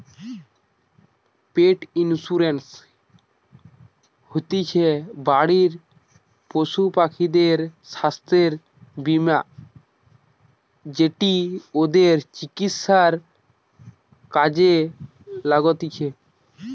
পেট insurance হতিছে বাড়ির পশুপাখিদের স্বাস্থ্য বীমা যেটি ওদের চিকিৎসায় কাজে লাগতিছে